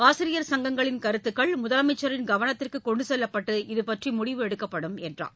ஆசிரியர் சங்கங்களின் கருத்துக்கள் முதலமைச்சரின் கவனத்திற்கு கொண்டு செல்லப்பட்டு இதுபற்றி முடிவு எடுக்கப்படும் என்றார்